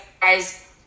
guys